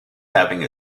having